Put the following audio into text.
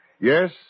Yes